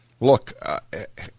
Look